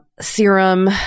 serum